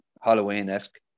Halloween-esque